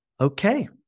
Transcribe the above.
okay